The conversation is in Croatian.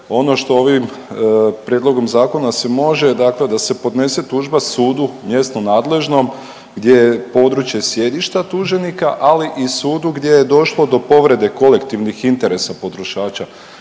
Ono što ovim prijedlogom zakona se može dakle da se podnese tužba sudu mjesno nadležnom gdje je područje sjedište tuženika, ali i sudu gdje je došlo do povrede kolektivnih interesa potrošača